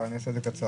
אני אעשה את זה קצר.